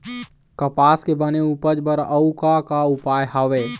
कपास के बने उपज बर अउ का का उपाय हवे?